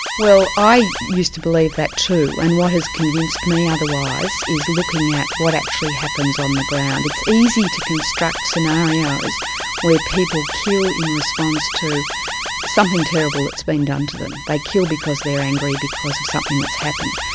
well, i used to believe that too, and what has convinced me otherwise is looking at what actually happens on the ground. it's easy to construct scenarios where people kill in response to something terrible that's been done to them. they kill because they're angry, because of something that's happened.